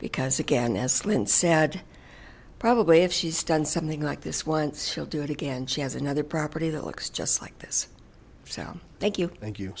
because again as lynn said probably if she's done something like this once she'll do it again she has another property that looks just like this so thank you thank you